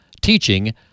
teaching